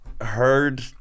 heard